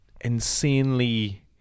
insanely